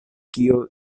kio